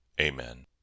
Amen